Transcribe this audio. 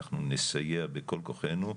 אנחנו נסייע בכל כוחנו,